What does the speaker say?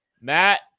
Matt